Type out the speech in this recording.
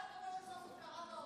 סוף-סוף קראת אותו.